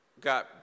got